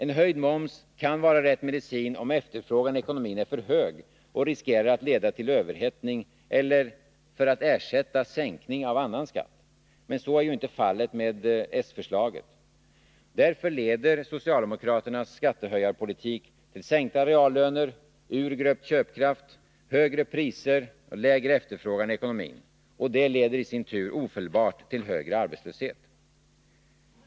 En höjning av momsen kan vara rätt medicin, om efterfrågan i ekonomin är för hög och riskerar att leda till överhettning, eller om syftet är att ersätta en sänkning av annan skatt. Men så är inte fallet med s-förslaget. Därför leder socialdemokraternas skattehöjarpolitik till sänkta reallöner, urgröpt köpkraft, högre priser och lägre efterfrågan i ekonomin. Det leder i sin tur ofelbart till högre arbetslöshet.